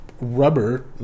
rubber